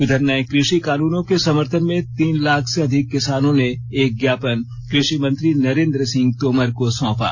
उधर नए कृषि कानूनों के समर्थन में तीन लाख से अधिक किसानों ने एक ज्ञापन कृषि मंत्री नरेन्द्र सिंह तोमर को सौंपा